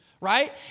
Right